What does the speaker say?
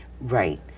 Right